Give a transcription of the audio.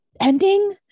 ending